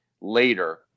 later